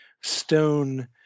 stone